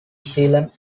zealand